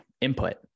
input